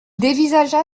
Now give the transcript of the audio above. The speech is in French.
dévisagea